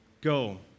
Go